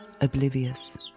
oblivious